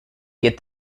get